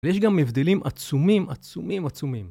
ויש גם הבדלים עצומים עצומים עצומים